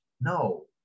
no